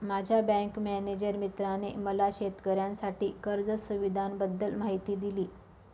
माझ्या bank manager मित्राने मला शेतकऱ्यांसाठी कर्ज सुविधांबद्दल माहिती दिली